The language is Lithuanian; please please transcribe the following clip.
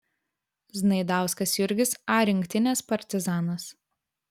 znaidauskas jurgis a rinktinės partizanas